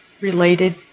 related